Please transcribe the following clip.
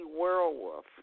werewolf